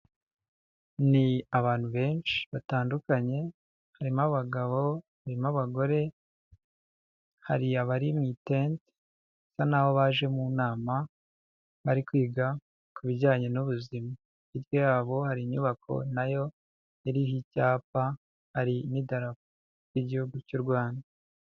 Ni abantu benshi batandukanye harimo abagabo, harimo abagore, hari abari mu itente basa n'aho baje mu nama bari kwiga ku bijyanye n'ubuzima, hirya yabo hari inyubako nayo iriho icyapa, hari n'idarapo ry'igihugu cy'u Rwanda.